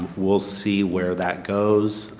will see where that goes.